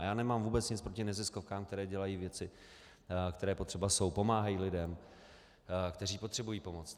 Já nemám vůbec nic proti neziskovkám, které dělají věci, které jsou potřeba pomáhají lidem, kteří potřebují pomoc.